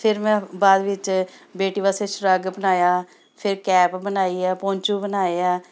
ਫਿਰ ਮੈਂ ਬਾਅਦ ਵਿੱਚ ਬੇਟੀ ਵਾਸਤੇ ਸ਼ਰੱਗ ਬਣਾਇਆ ਫਿਰ ਕੈਪ ਬਣਾਈ ਹੈ ਪਹੁੰਚੂ ਬਣਾਏ ਆ